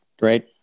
Great